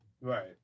Right